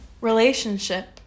relationship